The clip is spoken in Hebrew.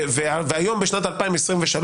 והיום ב-23',